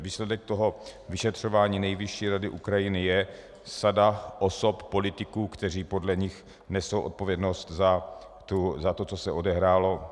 Výsledkem vyšetřování Nejvyšší rady Ukrajiny je sada osob, politiků, kteří podle nich nesou odpovědnost za to, co se odehrálo.